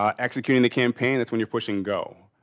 um executing the campaign. that's when you're pushing go.